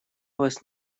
вас